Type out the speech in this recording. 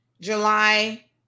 July